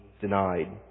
denied